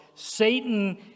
Satan